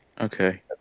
Okay